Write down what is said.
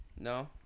No